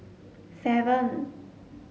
seven